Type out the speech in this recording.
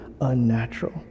unnatural